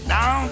Now